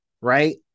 right